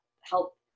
help